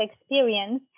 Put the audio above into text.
experience